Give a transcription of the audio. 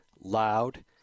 loud